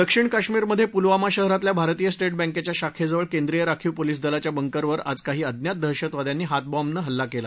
दक्षिण कश्मीरमधे पुलवामा शहरातल्या भारतीय स्टेट बँकेच्या शाखेजवळ केंद्रीय राखीव पोलीस दलाच्या बंकरवर आज काही अज्ञात दहशतवाद्यांनी हातबाँबचा हल्ला केला